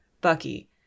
Bucky